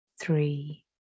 three